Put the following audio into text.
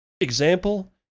Example